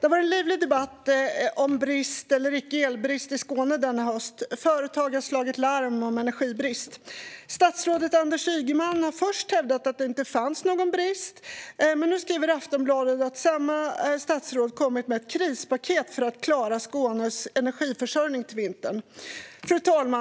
Det har varit en livlig debatt om brist eller icke elbrist i Skåne denna höst. Företag har slagit larm om energibrist. Statsrådet Anders Ygeman har först hävdat att det inte fanns någon brist. Men nu skriver Aftonbladet att samma statsråd har kommit med ett krispaket för att klara Skånes energiförsörjning till vintern. Fru talman!